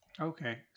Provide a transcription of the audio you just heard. Okay